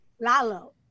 Lalo